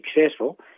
successful